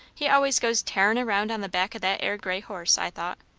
he always goes tearin' round on the back of that ere grey horse, i thought.